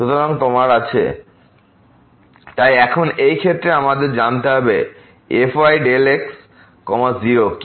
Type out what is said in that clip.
সুতরাং তোমার আছে fyx0 fy00x তাই এখন এই ক্ষেত্রে আমাদের জানতে হবে fyΔx 0 কি